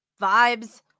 vibes